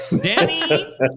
Danny